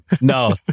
No